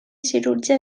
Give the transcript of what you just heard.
cirurgia